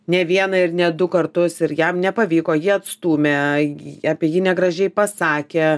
ne vieną ir ne du kartus ir jam nepavyko jį atstūmė apie jį negražiai pasakė